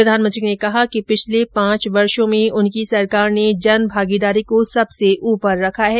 प्रधानमंत्री ने कहा कि पिछले पांच वर्षो में उनकी सरकार ने जन भागीदारी को सबसे ऊपर रखा है